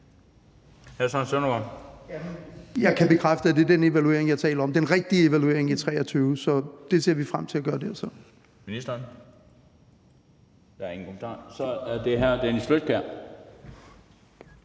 Jeg kan bekræfte, at det er den evaluering, jeg taler om: den rigtige evaluering i 2023. Så det ser vi frem til at gøre der.